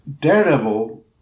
Daredevil